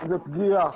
זה פגיעה,